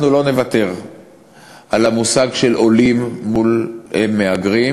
אנחנו לא נוותר על המושג של עולים מול מהגרים,